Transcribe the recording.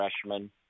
freshman